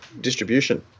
Distribution